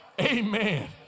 amen